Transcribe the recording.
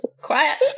Quiet